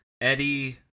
Eddie